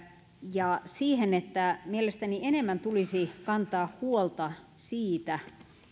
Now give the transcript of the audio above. ja siihen että mielestäni enemmän tulisi kantaa huolta siitä